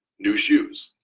new shoes,